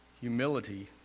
Humility